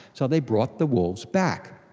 so they brought the wolves back.